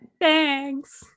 Thanks